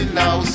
now